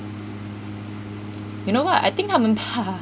you know what I think 他们怕